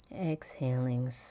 Exhaling